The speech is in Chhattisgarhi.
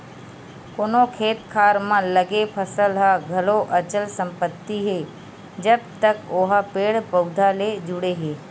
कोनो खेत खार म लगे फसल ह घलो अचल संपत्ति हे जब तक ओहा पेड़ पउधा ले जुड़े हे